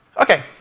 Okay